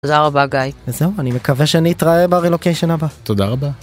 תודה רבה גיא. וזהו, אני מקווה שנתראה ברילוקיישן הבא. תודה רבה.